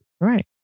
Right